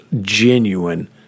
genuine